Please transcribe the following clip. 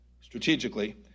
Strategically